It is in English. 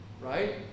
Right